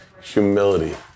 humility